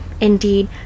indeed